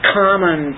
common